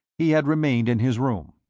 he had remained in his room.